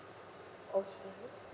okay